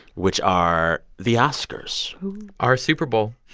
which are the oscars our super bowl